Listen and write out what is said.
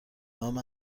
نام